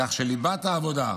כך שליבת העבודה,